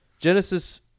Genesis